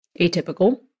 atypical